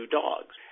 dogs